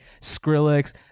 Skrillex